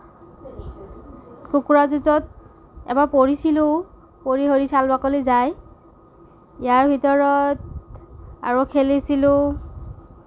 কুকুৰা যুঁজত এবাৰ পৰিছিলোঁও পৰি সৰি চাল বাকলি যায় ইয়াৰ ভিতৰত আৰু খেলিছিলোঁ